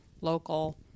local